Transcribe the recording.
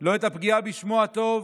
לא את הפגיעה בשמו הטוב,